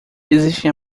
existem